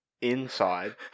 inside